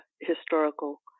historical